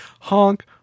Honk